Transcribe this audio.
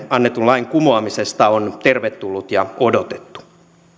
annetun lain kumoamisesta on tervetullut ja odotettu